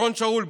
אורון שאול,